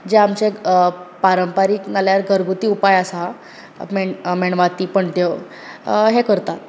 जे आमचे अ पारंपारीक नाल्यार घरगुती उपाय आसा मेण अ मेणवातीं पणट्यो अ हें करतात